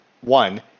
one